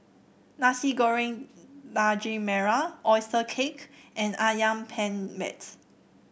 Nasi Goreng Daging Merah oyster cake and ayam penyet